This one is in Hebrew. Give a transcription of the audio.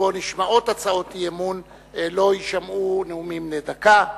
שבו נשמעות הצעות אי-אמון לא יישמעו נאומים בני דקה.